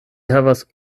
havas